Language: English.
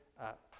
up